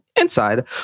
inside